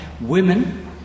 women